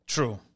True